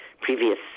previous